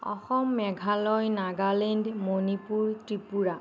Assam Meghalaya Nagaland Manipur Tripura